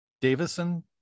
davison